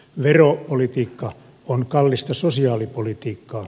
veropolitiikka on kallista sosiaalipolitiikkaa